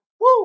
Woo